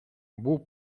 був